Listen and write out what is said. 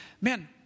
man